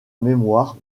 mémoire